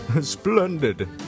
Splendid